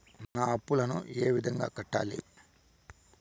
నా అప్పులను ఏ విధంగా కట్టాలి?